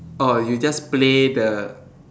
oh you just play the